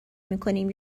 میکنیم